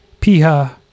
Piha